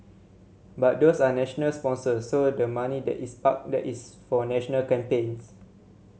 but those are national sponsors so the money that is parked there is for national campaigns